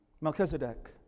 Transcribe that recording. Melchizedek